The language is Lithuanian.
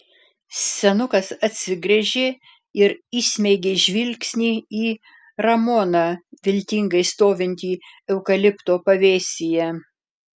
senukas atsigręžė ir įsmeigė žvilgsnį į ramoną viltingai stovintį eukalipto pavėsyje